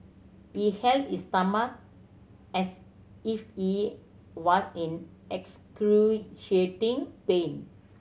he held his stomach as if he was in excruciating pain